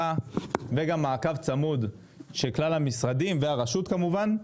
וגם מעקב צמוד של כלל המשרדים והרשות כמובן,